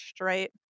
right